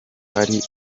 ari